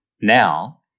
now